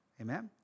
amen